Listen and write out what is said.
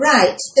Right